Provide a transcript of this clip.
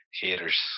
haters